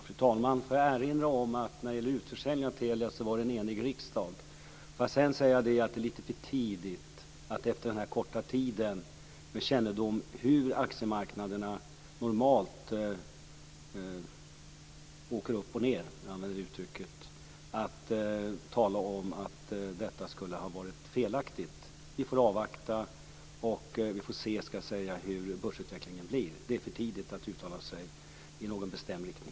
Fru talman! Låt mig erinra om att en enig riksdag stod bakom utförsäljningen av Telia. Jag vill också säga att det är lite för tidigt att efter denna korta tid, med kännedom om hur aktiemarknaderna normalt åker upp och ned, tala om att den skulle ha varit felaktig. Vi får se hur börsutvecklingen blir. Det är för tidigt att uttala sig i någon bestämd riktning.